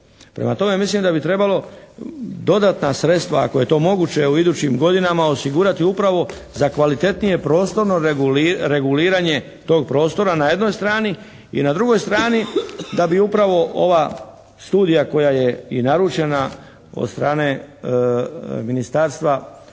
Prema tome, mislim da bi trebalo dodatna sredstva ako je to moguće u idućim godinama osigurati upravo sa kvalitetnije prostorno reguliranje tog prostora na jednoj strani. I na drugoj strani da bi upravo ova studija koja je i naručena od strane ministarstva